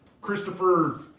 Christopher